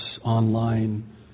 Online